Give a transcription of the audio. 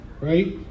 Right